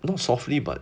not softly but